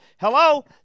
Hello